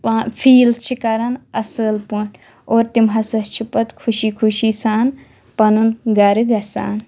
پا فیٖل چھِ کَران اصٕل پٲٹھۍ اور تِم ہسا چھِ پتہٕ خُشی خُشی سان پنُن گرٕ گژھان